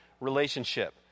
relationship